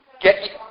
Get